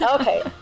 Okay